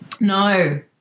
No